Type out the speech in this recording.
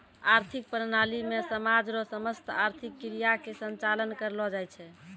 आर्थिक प्रणाली मे समाज रो समस्त आर्थिक क्रिया के संचालन करलो जाय छै